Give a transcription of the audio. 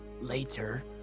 later